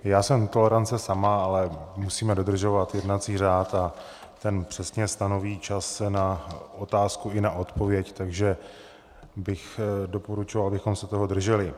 Já jsem tolerance sama, ale musíme dodržovat jednací řád a ten přesně stanoví čas na otázku i odpověď, takže bych doporučoval, abychom se toho drželi.